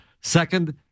Second